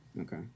Okay